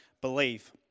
believe